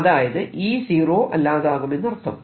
അതായത് E zero അല്ലാതാകുമെന്നർത്ഥം